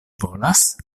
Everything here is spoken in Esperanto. volas